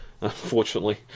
unfortunately